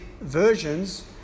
versions